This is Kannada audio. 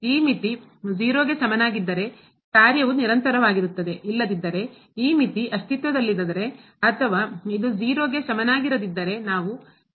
ಈ ಮಿತಿ 0 ಗೆ ಸಮನಾಗಿದ್ದರೆ ಕಾರ್ಯವು ನಿರಂತರವಾಗಿರುತ್ತದೆ ಇಲ್ಲದಿದ್ದರೆ ಈ ಮಿತಿ ಅಸ್ತಿತ್ವದಲ್ಲಿಲ್ಲದಿದ್ದರೆ ಅಥವಾ ಇದು 0 ಕ್ಕೆ ಸಮನಾಗಿರದಿದ್ದರೆ ನಾವು ಕಾರ್ಯವು ನಿರಂತರವಲ್ಲ ಎಂದು ಕರೆಯುತ್ತೇವೆ